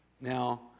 Now